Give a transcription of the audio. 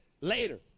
later